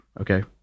Okay